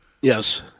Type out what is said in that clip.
Yes